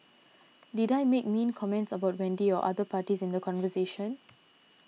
did I make mean comments about Wendy or other parties in the conversation